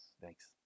Thanks